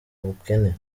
bukene